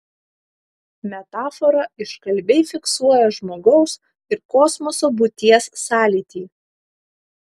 metafora iškalbiai fiksuoja žmogaus ir kosmoso būties sąlytį